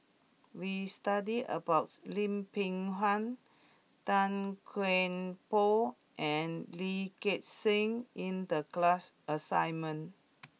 we studied about Lim Peng Han Tan Kian Por and Lee Gek Seng in the class assignment